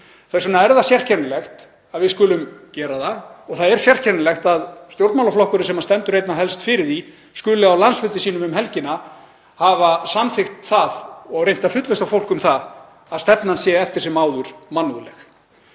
Þess vegna er sérkennilegt að við skulum gera það og sérkennilegt að stjórnmálaflokkurinn sem stendur einna helst fyrir því skuli á landsfundi sínum um helgina hafa samþykkt það og reynt að fullvissa fólk um að stefnan sé eftir sem áður mannúðleg.